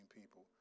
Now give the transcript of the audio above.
people